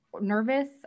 nervous